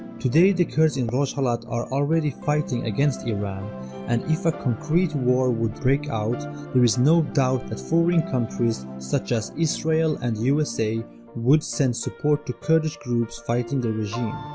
today the kurds in rojhelat are already fighting against iran and if a concrete war would break out there is no doubt that foreign countries such as israel and usa would send support to kurdish groups fighting the regime